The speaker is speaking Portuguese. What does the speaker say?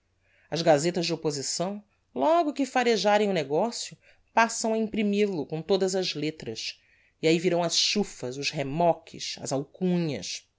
as gazetas de opposição logo que farejarem o negocio passam a imprimil o com todas as lettras e ahi virão as chufas os remoques as alcunhas